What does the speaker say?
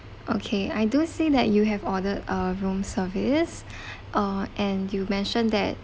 okay I do see that you have ordered a room service uh and you mentioned that